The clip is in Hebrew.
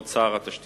כבוד שר התשתיות